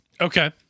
Okay